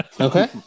okay